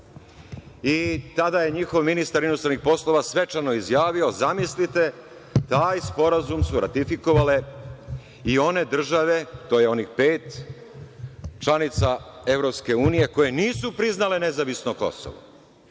i tada je njihov ministar inostranih poslova svečano izjavio – zamislite, taj sporazum su ratifikovale i one države, to je onih pet članica EU koje nisu priznale nezavisno Kosovo,